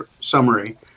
summary